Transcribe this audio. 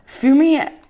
Fumi